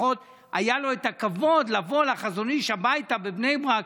לפחות היה לו הכבוד לבוא לחזון איש הביתה בבני ברק.